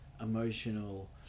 emotional